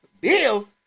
Bill